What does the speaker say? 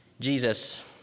Jesus